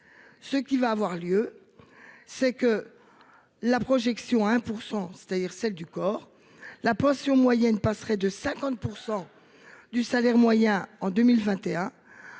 Ce qui va avoir lieu. C'est que. La projection 1% c'est-à-dire celle du corps la pension moyenne passerait de 50% du salaire moyen en 2021